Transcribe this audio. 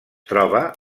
troba